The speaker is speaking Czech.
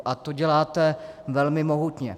A to děláte velmi mohutně.